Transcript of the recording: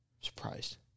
Surprised